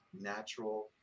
natural